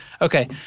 Okay